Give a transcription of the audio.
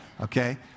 Okay